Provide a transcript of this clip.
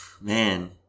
Man